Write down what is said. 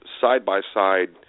side-by-side